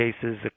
cases